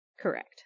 Correct